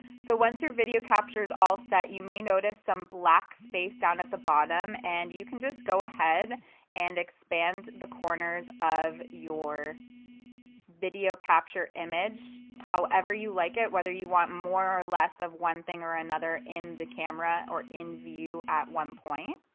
so once your video captures all set you may notice some black space down at the bottom and you can just go ahead and expand the corners of your video capture image however you like it. whether you want more or less of one thing or another in the camera or in view at one point.